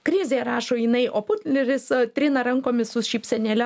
krizė rašo jinai o putleris trina rankomis su šypsenėle